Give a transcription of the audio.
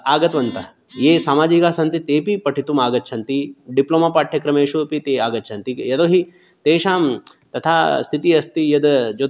आगतवन्तः ये सामाजिकाः सन्ति तेऽपि पठितुम् आगच्छन्ति डिप्लोमा पाठ्यक्रमेषु अपि ते आगच्छन्ति यतो हि तेषां तथा स्थितिः अस्ति यद् ज्योतिश्